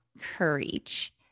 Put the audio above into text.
courage